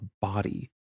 body